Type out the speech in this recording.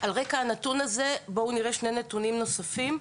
על רקע הנתון הזה בואו נראה שני נתונים נוספים.